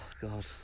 god